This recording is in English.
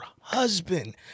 husband